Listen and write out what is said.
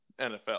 NFL